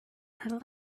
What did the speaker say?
her